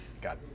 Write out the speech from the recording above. got